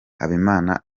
habimana